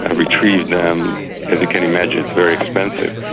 ah retrieve them. as you can imagine, it's very expensive.